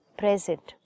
present